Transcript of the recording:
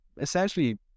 essentially